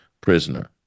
prisoner